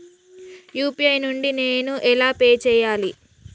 UPI నుండి నేను ఎలా పే చెయ్యాలి?